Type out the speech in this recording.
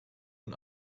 nun